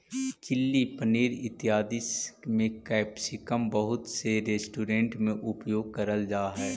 chilli paneer इत्यादि में capsicum बहुत से रेस्टोरेंट में उपयोग करल जा हई